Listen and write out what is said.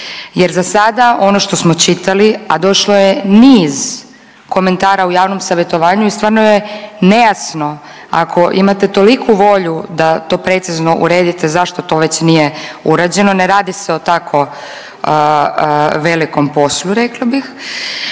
jer za sada ono što smo čitali, a došlo je niz komentara u javnom savjetovanju i stvarno je nejasno ako imate toliku volju da to precizno uredite zašto to već nije uređeno, ne radi se o tako velikom poslu rekla bih.